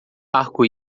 arco